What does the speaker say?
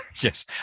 yes